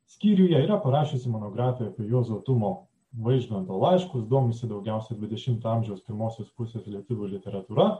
skyriuje yra parašiusi monografiją apie juozo tumo vaižganto laiškus domisi daugiausia dvidešimto amžiaus pirmosios pusės lietuvių literatūra